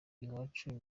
iwacu